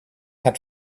had